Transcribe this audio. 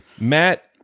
matt